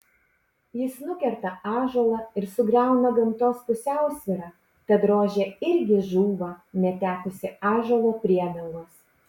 jis nukerta ąžuolą ir sugriauna gamtos pusiausvyrą tad rožė irgi žūva netekusi ąžuolo priedangos